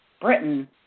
Britain